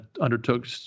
undertook